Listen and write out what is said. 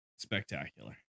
spectacular